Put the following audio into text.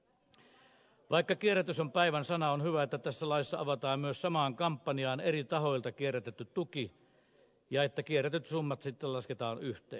vaikka kierrätys on päivän sana on hyvä että tässä laissa avataan myös samaan kampanjaan eri tahoilta kierrätetty tuki ja kierrätetyt summat lasketaan yhteen